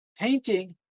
painting